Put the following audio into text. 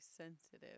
sensitive